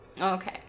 Okay